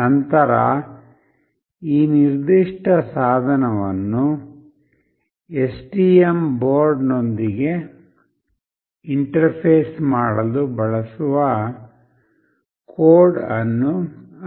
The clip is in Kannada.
ನಂತರ ಈ ನಿರ್ದಿಷ್ಟ ಸಾಧನವನ್ನು ಎಸ್ಟಿಎಂ ಬೋರ್ಡ್ನೊಂದಿಗೆ ಇಂಟರ್ಫೇಸ್ ಮಾಡಲು ಬಳಸುವ ಕೋಡ್ ಅನ್ನು